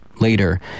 Later